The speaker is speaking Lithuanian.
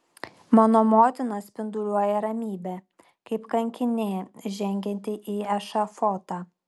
mano motina spinduliuoja ramybe kaip kankinė žengianti į ešafotą